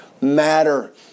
matter